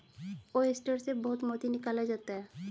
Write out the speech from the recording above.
oyster से बहुत मोती निकाला जाता है